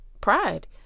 pride